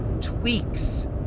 tweaks